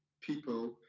people